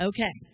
Okay